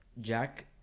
Jack